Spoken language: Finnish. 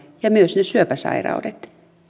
ja myös syöpäsairaudet